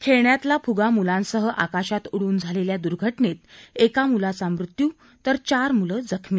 खेळण्यातला फुगा मुलांसह आकाशात उडून झालेल्या दूर्घटनेत एका मुलाचा मृत्यू झाला तर चार मुलं जखमी